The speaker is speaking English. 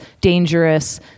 dangerous